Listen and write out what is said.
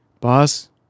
boss